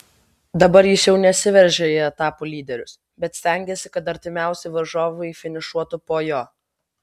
dabar jis jau nesiveržia į etapų lyderius bet stengiasi kad artimiausi varžovai finišuotų po jo